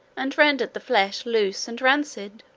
and rendered the flesh loose and rancid.